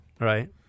Right